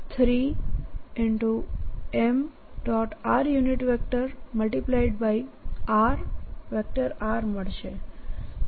r r r મળશે